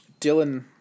Dylan